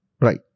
right